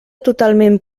totalment